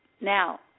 Now